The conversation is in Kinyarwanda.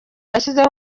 yashyizeho